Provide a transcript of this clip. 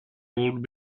would